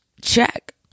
check